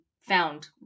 found